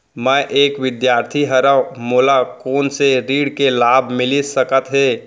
मैं एक विद्यार्थी हरव, मोला कोन से ऋण के लाभ मिलिस सकत हे?